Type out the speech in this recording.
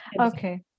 okay